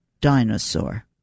dinosaur